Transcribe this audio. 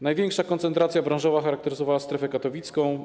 Największa koncentracja branżowa charakteryzowała strefę katowicką.